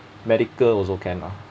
medical also can lah